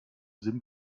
sim